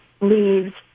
leaves